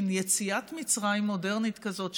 מין יציאת מצרים מודרנית כזאת,